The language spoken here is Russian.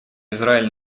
израиль